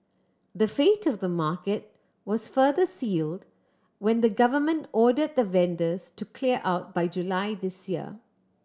the fate of the market was further sealed when the government order the vendors to clear out by July this year